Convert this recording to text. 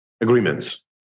agreements